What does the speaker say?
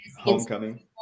Homecoming